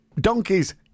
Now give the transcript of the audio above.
Donkeys